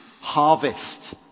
harvest